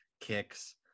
Kicks